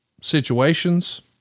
situations